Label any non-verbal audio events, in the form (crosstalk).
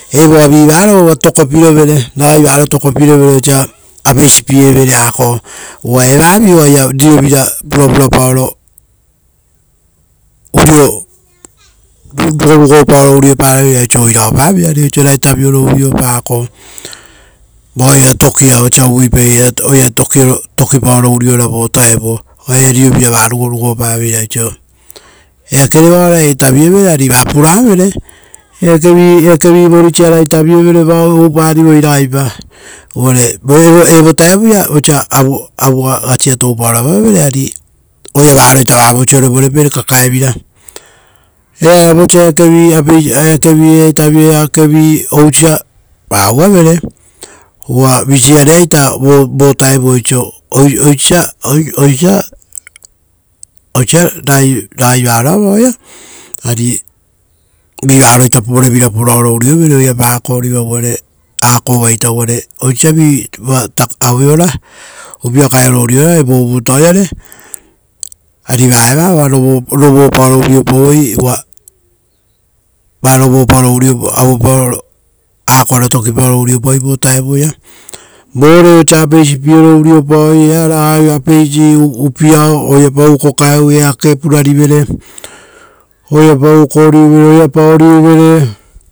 Evoa vivaro tokopiro vere, ragai varo tokopiro vere osa apeisi pie vere aako, uva eva vi oaia rirovira vuravura paoro urio, rugorugo paoro urio. Para veira oiso, oirapavira ari oiso ragai tavioro uriopa aako. Vaoia toki osa uvuipai oira toki oro, tokipaoro uriora vo vutao oaia rirovira va rugurugo paivera oiso, eakere vao oare ragai taviereve ari va puravere. Eakevi, eakevi vorisa ragai tavievere, vao oupari ragaipa uvare evo vitaia osa avuka gasia toupaoro avao vere, ari, oira varo ita vavoi sore vorepere kakae vira. Earaga vosa eakevi, eakevire ragai tavi eakevi ousa, va oua vere. Uva visi iarea ita vo tava vutao oiso, oisosa- (hesitation) ragai varoa vao ia, ari vavaro ita puraoro uriou vere vore vira oirapa aako riva uvare, akovaita uvare oiso sa viva ita aue ora, upia kae ora uriora vo vutao iare, ari vaeva oa rovoparo urio pauei uva (hesitation) akoara tokipaoro uriopauei vo vutao ia vore osa apeisi pie oro uriopaoi, earaga apeisi upiao. oirapa uko kaeu, eake purarivero, oirapa uko kaeuvere, oirapa oriuvere.